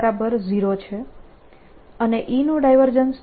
B0 છે અને E નું ડાયવર્જન્સ